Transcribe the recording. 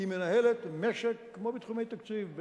כי היא מנהלת משק כמו בתחומי תקציב,